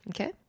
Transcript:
okay